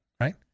right